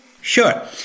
sure